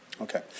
Okay